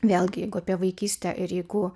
vėlgi jeigu apie vaikystę ir jeigu